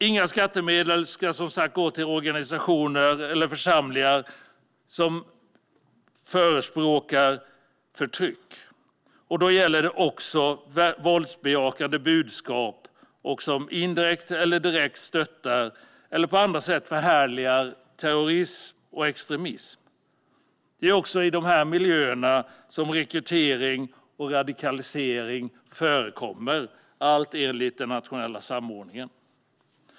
Som sagt ska inga skattemedel gå till organisationer eller församlingar som förespråkar förtryck. Det gäller också våldsbejakande budskap som indirekt eller direkt stöttar eller på andra sätt förhärligar terrorism och extremism. Det är också i dessa miljöer som rekrytering och radikalisering förekommer, enligt den nationella samordningen.